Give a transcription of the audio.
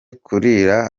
kurira